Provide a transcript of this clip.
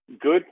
good